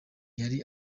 yari